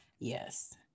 Yes